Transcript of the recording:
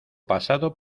pasado